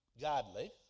godly